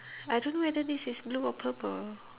I don't know whether this is blue or purple